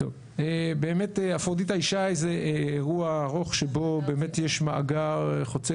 באמת אפרודיטה-ישי הוא הארוך שבו באמת יש מאגר חוצה